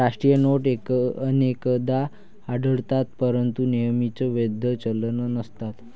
राष्ट्रीय नोट अनेकदा आढळतात परंतु नेहमीच वैध चलन नसतात